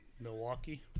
Milwaukee